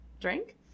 Drink